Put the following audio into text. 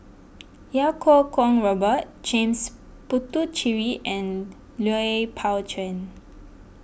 Iau Kuo Kwong Robert James Puthucheary and Lui Pao Chuen